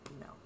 No